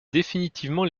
définitivement